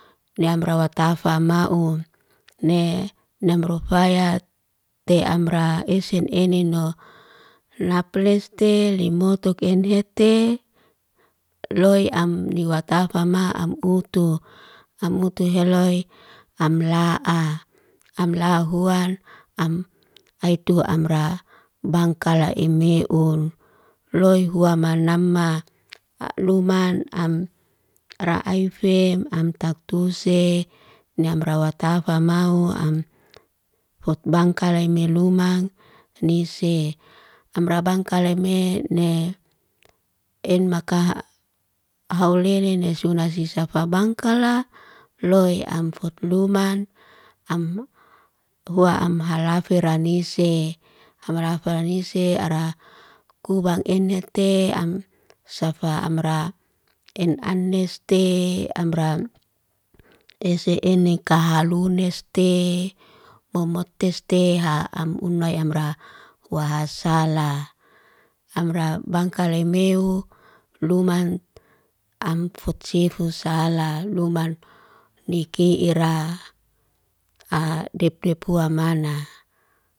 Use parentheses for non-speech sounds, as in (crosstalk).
Ne amra watafa maun, ne namrufayat te amra esen enen no. Lap leste lemotok en hete. Loy am ni watafama am utu. Am utu heloy, am la'a. Am la hual, am ai tua amra. Bangkala eme un, loy hua manama. (noise) A luman am ra aife, am taktuse ni amra watafa mau am hot bangkala melumang nise. Amra bangkalai me ne, en maka halele ni suna sisa fabangkala, loy am fut luman am hua am haferanise. Am haferanise ara kubang en herte, am safa amra en aneste amra ese enek kaha luneste bomot teste ha am unlay amra wahasala. Amra bangkalai meu luman am fotsifu sala luman ni kiira. A dep dep hua mana.